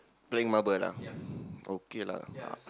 playing marble lah okay lah